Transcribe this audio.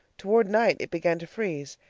toward night it began to freeze,